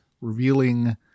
Revealing